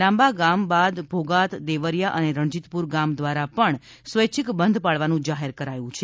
લાંબા ગામ બાદ ભોગાત દેવરીયા અને રણજીતપુર ગામ દ્વારા પણ સ્વૈચ્છિક બંધ પાળવાનું જાહેર કરાયું છે